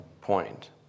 point